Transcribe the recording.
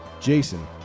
Jason